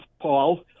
Paul